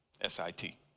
S-I-T